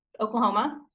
Oklahoma